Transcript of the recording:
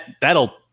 that'll